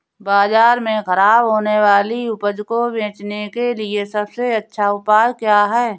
बाज़ार में खराब होने वाली उपज को बेचने के लिए सबसे अच्छा उपाय क्या हैं?